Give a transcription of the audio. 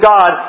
God